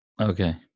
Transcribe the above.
Okay